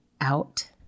out